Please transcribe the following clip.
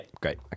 great